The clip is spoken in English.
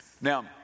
Now